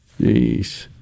Jeez